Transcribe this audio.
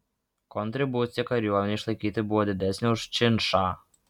kontribucija kariuomenei išlaikyti buvo didesnė už činšą